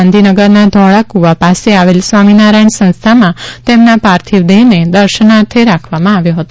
ગાંધીનગરના ધોળાકુવા પાસે આવેલ સ્વામિનારાયણ સંસ્થામાં તેમના પાર્થિવ દેહને દર્શનાર્થે રાખવામાં આવ્યો હતો